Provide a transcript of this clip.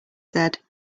said